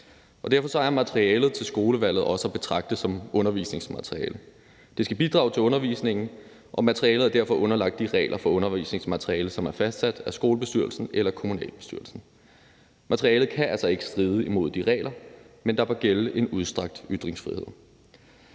Derfor er materialet til skolevalget også at betragte som undervisningsmateriale. Det skal bidrage til undervisningen, og materialet er derfor underlagt de regler for undervisningsmateriale, som er fastsat af skolebestyrelsen eller kommunalbestyrelsen. Materialet kan altså ikke stride imod de regler, men der bør gælde en udstrakt ytringsfrihed.